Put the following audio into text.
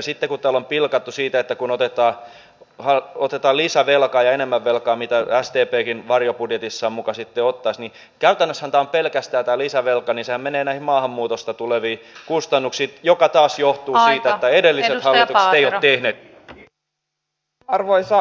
sitten kun täällä on pilkattu siitä että otetaan lisävelkaa ja enemmän velkaa kuin sdpkään varjobudjetissaan muka sitten ottaisi niin käytännössähän tämä lisävelkahan menee pelkästään näihin maahanmuutosta tuleviin kustannuksiin jotka taas johtuvat siitä että edelliset hallitukset eivät ole tehneet kiristyksiä joita me nyt teemme